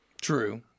True